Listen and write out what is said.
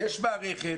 יש מערכת